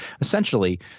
essentially